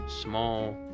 small